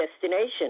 destination